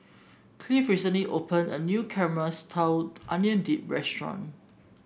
Cleave recently opened a new Caramelized Onion Dip restaurant